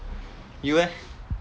you leh